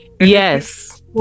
yes